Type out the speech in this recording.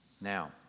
Now